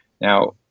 Now